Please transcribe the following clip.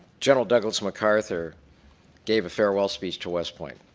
general douglas mcarthur gave a fair well speech to west point,